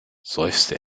seufzte